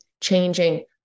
changing